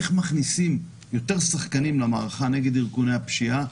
איך מכניסים יותר שחקנים למערכה נגד ארגוני הפשיעה,